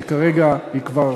שכרגע היא כבר